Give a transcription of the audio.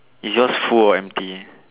is yours full or empty